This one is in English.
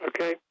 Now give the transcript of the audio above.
Okay